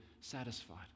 satisfied